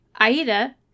Aida